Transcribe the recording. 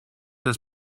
das